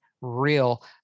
real